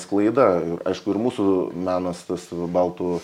sklaida aišku ir mūsų menas tas baltų